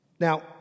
now